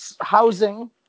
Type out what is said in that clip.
housing